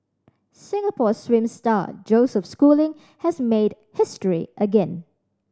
Singapore swim star Joseph Schooling has made history again